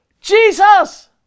Jesus